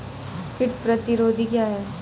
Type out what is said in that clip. कीट प्रतिरोधी क्या है?